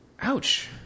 Ouch